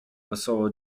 wesoło